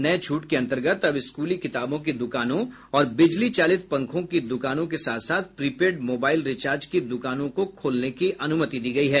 नये छूट के अन्तर्गत अब स्कूली किताबों की दुकानों और बिजली चालित पंखों की द्रकानों और प्रीपेड मोबाईल रिचार्ज की द्कानों को खोलने की अनुमति दी गयी है